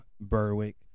Berwick